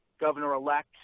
governor-elect